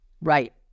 Right